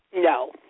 No